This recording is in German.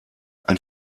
ein